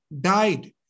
died